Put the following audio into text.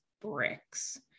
bricks